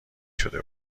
شده